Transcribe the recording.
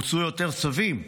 הוצאו יותר צווים,